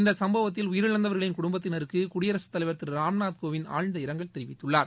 இந்த சும்பவத்தில் உயிரிழந்தவர்களின் குடும்பத்தினருக்கு குடியரசுத் தலைவர் திரு ராம்நாத் கோவிந்த் ஆழ்ந்த இரங்கல் தெரிவித்துள்ளார்